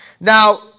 Now